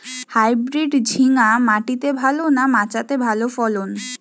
Hybrid ঝিঙ্গা মাটিতে ভালো না মাচাতে ভালো ফলন?